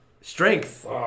strength